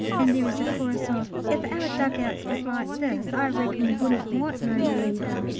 and there is a chorus of if our dug-outs was like this i reckon we shouldn't want no relievin'!